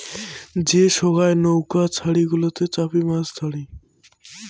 যে সোগায় নৌউকা ছারি গুলাতে চাপি মাছ ধরে